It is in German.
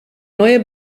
neue